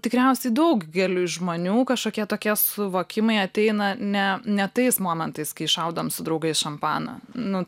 tikriausiai daugeliui žmonių kažkokie tokie suvokimai ateina ne ne tais momentais kai šaudom su draugais šampaną nu